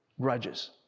grudges